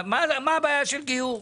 מה הבעיה של גיור?